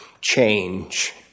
change